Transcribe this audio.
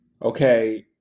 Okay